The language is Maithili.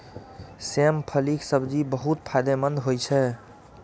सेम फलीक सब्जी बहुत फायदेमंद होइ छै